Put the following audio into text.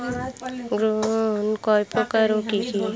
ঋণ কয় প্রকার ও কি কি?